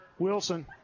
Wilson